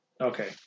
Okay